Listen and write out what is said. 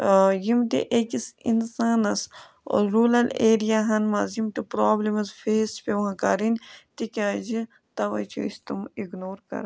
یِم تہِ أکِس اِنسانَس روٗلَر ایریاہَن منٛز یِم تہِ پرٛابلِمٕز فیس چھِ پٮ۪وان کَرٕنۍ تِکیٛازِ تَوے چھِ أسۍ تِم اِگنور کَر